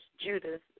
Judas